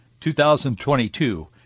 2022